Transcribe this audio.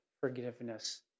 forgiveness